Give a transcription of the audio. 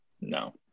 No